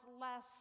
less